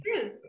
true